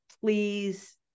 Please